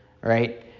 right